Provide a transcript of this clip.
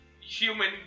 human